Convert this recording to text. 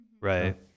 Right